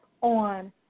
on